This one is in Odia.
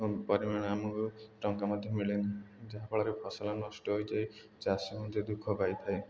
ପରିମାଣ ଆମକୁ ଟଙ୍କା ମଧ୍ୟ ମିଳେନି ଯାହାଫଳରେ ଫସଲ ନଷ୍ଟ ହୋଇଯାଇ ଚାଷ ମଧ୍ୟ ଦୁଃଖ ପାଇଥାଏ